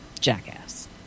jackass